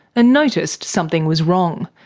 and noticed something was wrong.